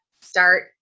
start